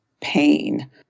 pain